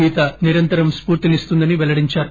గీత నిరంతరం స్పూర్తినిస్తుందని పెల్లడించారు